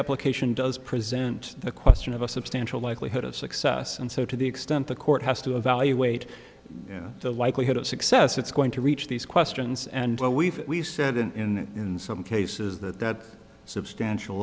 application does present a question of a substantial likelihood of success and so to the extent the court has to evaluate the likelihood of success it's going to reach these questions and while we've we said in in some cases that that substantial